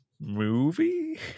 movie